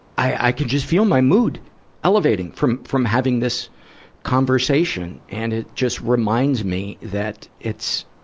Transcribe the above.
i, i can just feel my mood elevating from, from having this conversation. and it just reminds me that it's,